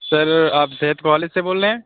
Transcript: سر آپ صحت کالج سے بول رہے ہیں